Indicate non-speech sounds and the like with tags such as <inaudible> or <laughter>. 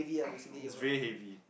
<noise> it's very heavy